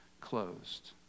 closed